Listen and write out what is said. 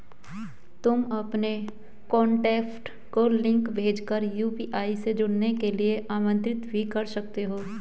तुम अपने कॉन्टैक्ट को लिंक भेज कर यू.पी.आई से जुड़ने के लिए आमंत्रित भी कर सकते हो